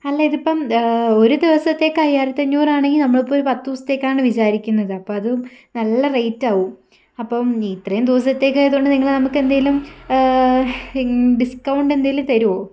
അല്ല ഇതിപ്പം ഒരു ദിവസത്തേക്ക് അയ്യായിരത്തി അഞ്ഞൂറ് ആണെങ്കിൽ നമ്മളിപ്പോൾ ഒരു പത്ത് ദിവസത്തേക്കാണ് വിചാരിക്കുന്നത് അപ്പം അത് നല്ല റേറ്റ് ആകും അപ്പം ഇത്രയും ദിവസത്തേക്ക് ആയതുകൊണ്ട് നിങ്ങള് നമുക്ക് എന്തെങ്കിലും ഡിസ്കൗണ്ട് എന്തെങ്കിലും തരുമോ